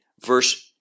verse